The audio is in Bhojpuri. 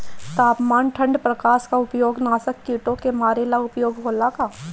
तापमान ठण्ड प्रकास का उपयोग नाशक कीटो के मारे ला उपयोग होला का?